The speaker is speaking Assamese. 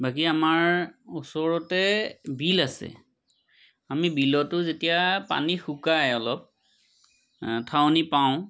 বাকী আমাৰ ওচৰতে বিল আছে আমি বিলতো যেতিয়া পানী শুকায় অলপ ঠাৱনি পাওঁ